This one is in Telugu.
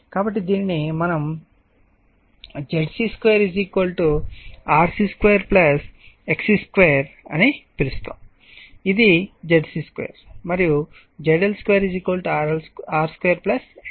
కాబట్టి దీనిని మనం ZC2 RC2 XC2 అని పిలుస్తాము ఇది నా ZC 2 మరియు ZL2 R2 XL2